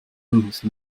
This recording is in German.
müssen